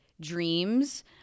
dreams